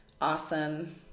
awesome